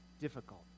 difficult